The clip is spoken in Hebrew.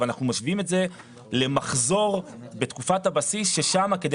אנחנו משווים את זה למחזור בתקופת הבסיס שם כדי